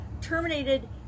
terminated